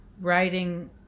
writing